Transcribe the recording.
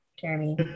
Jeremy